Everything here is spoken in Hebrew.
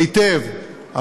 היטב,